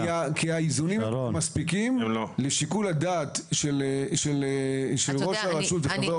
כי האיזונים מספיקים לשיקול הדעת של ראש הרשות וחברי האופוזיציה.